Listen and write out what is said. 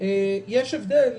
יש הבדל,